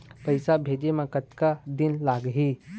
पैसा भेजे मे कतका दिन लगही?